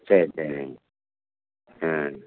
சரி சரிங்க ஆ